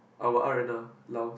our R and R Laos